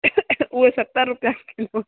उहे सतरि रुपया किलो आहिनि